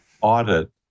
audit